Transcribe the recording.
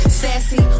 sassy